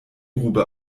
grube